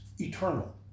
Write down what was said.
eternal